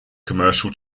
commercial